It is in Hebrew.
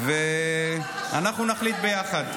ואנחנו נחליט ביחד.